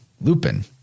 Lupin